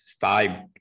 five